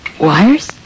Wires